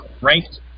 ranked